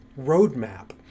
roadmap